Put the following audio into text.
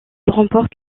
remporte